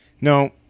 No